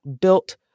built